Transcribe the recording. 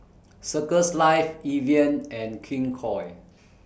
Circles Life Evian and King Koil